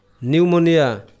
Pneumonia